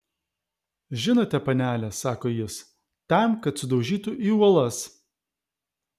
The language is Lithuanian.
žinote panele sako jis tam kad sudaužytų į uolas